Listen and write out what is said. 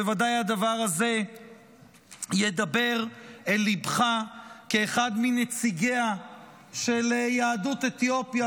בוודאי הדבר הזה ידבר אל ליבך כאחד מנציגיה של יהדות אתיופיה,